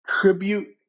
tribute